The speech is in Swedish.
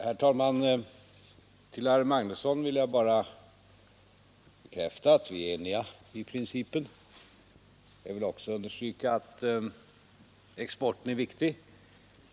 Herr talman! För herr Magnusson i Borås vill jag bara bekräfta att vi är eniga i princip. Jag vill också understryka att exporten är viktig.